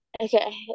Okay